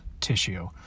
tissue